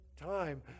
time